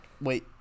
Wait